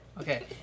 Okay